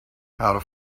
how